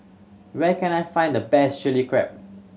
where can I find the best Chili Crab